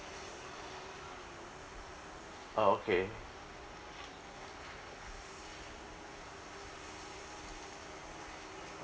oh okay